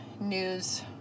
news